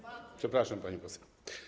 Przepraszam, pani poseł.